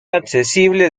accesible